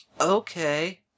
Okay